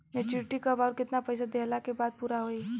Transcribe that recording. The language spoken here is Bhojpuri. मेचूरिटि कब आउर केतना पईसा देहला के बाद पूरा होई?